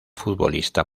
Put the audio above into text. futbolista